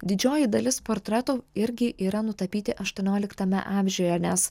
didžioji dalis portretų irgi yra nutapyti aštuonioliktame amžiuje nes